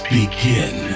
begin